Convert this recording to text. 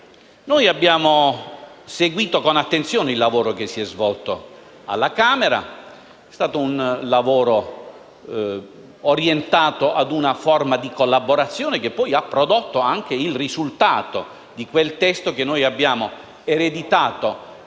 Noi abbiamo seguito con attenzione il lavoro svolto alla Camera. Esso è stato orientato a una forma di collaborazione che ha poi prodotto il risultato del testo che noi abbiamo ereditato